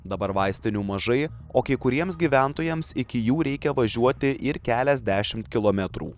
dabar vaistinių mažai o kai kuriems gyventojams iki jų reikia važiuoti ir keliasdešimt kilometrų